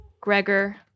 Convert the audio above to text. Gregor